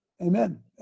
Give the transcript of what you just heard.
Amen